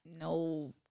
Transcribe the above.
no